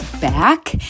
back